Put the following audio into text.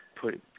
put –